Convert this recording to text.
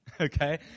okay